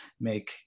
make